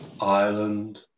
Ireland